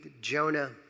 Jonah